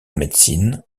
médecine